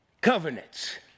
covenants